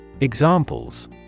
Examples